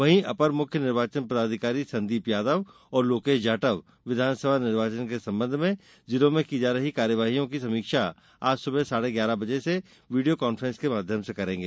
वहीं अपर मुख्य निर्वाचन पदाधिकारी संदीप यादव और लोकेश जाटव विधानसभा निर्वाचन के संबंध में जिलों में की जा रही कार्यवाहियों की समीक्षा आज सुबह साढ़े ग्यारह बजे से वीडिया कान्फ्रेंस के माध्यम से करेंगे